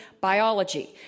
biology